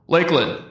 Lakeland